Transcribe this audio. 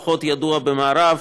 הוא פחות ידוע במערב: